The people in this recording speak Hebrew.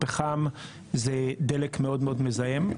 הפחם, זה דלק מאוד מזהם.